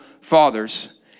fathers